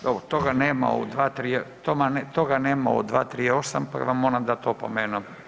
Dobro, toga nema u 23, toga nema u 238., pa vam moram dat opomenu.